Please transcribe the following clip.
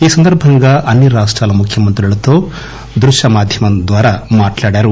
ఈ సందర్భంగా అన్ని రాష్టాల ముఖ్యమంత్రులతో దృశ్య మాధ్యమం ద్వారా మాట్లాడారు